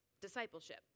discipleship